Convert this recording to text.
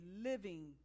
living